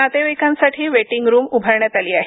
नातेवाईकांसाठी waiting room उभारण्यात आली आहे